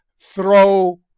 throw